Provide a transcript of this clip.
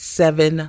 seven